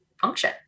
function